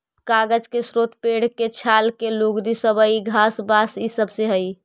कागज के स्रोत पेड़ के छाल के लुगदी, सबई घास, बाँस इ सब हई